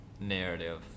narrative